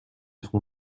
son